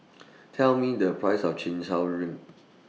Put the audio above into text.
Tell Me The Price of Chin Chow Drink